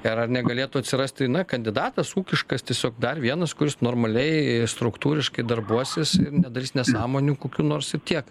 ir ar negalėtų atsirasti na kandidatas ūkiškas tiesiog dar vienas kuris normaliai struktūriškai darbuosis nedarys nesąmonių kokių nors ir tiek